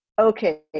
okay